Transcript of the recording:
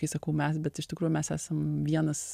kai sakau mes bet iš tikrųjų mes esam vienas